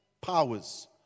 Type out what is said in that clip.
powers